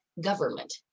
government